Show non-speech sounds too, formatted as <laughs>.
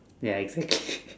ya exactly <laughs>